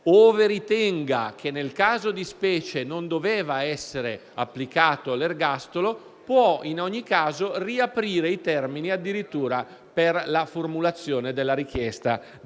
ove ritenga che nel caso di specie non doveva essere applicato l'ergastolo, può, in ogni caso, riaprire i termini, addirittura per la formulazione della richiesta